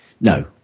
No